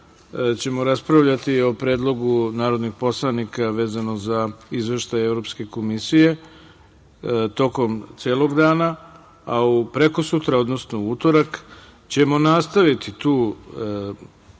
ćemo raspravljati o predlogu narodnih poslanika vezano za Izveštaj evropske komisije tokom celog dana, a u utorak ćemo nastaviti tu